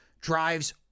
drives